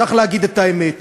צריך להגיד את האמת.